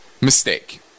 mistake